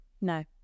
No